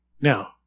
Now